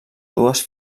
dues